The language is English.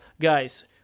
Guys